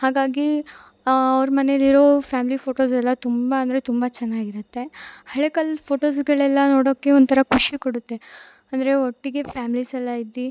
ಹಾಗಾಗಿ ಅವ್ರ ಮನೇಲಿರೋ ಫ್ಯಾಮಿಲಿ ಫೊಟೋಸ್ ಎಲ್ಲ ತುಂಬ ಅಂದರೆ ತುಂಬ ಚೆನ್ನಾಗಿರತ್ತೆ ಹಳೇಕಾಲ್ದ ಫೋಟೊಸ್ಗಳೆಲ್ಲ ನೋಡೋಕೆ ಒಂಥರ ಖುಷಿ ಕೊಡುತ್ತೆ ಅಂದರೆ ಒಟ್ಟಿಗೆ ಫ್ಯಾಮಿಲಿಸೆಲ್ಲ ಇದ್ದು